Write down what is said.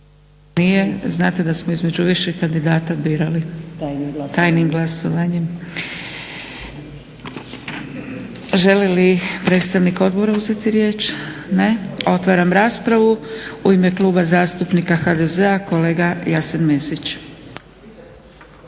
Znate da smo između više kandidata birali tajnim glasovanjem. Želi li predstavnik odbora uzeti riječ? Ne. Otvaram raspravu. U ime Kluba zastupnika HDZ-a kolega Jasen Mesić.